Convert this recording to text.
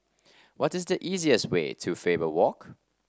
what is the easiest way to Faber Walk